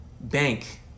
bank